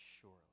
surely